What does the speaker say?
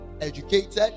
educated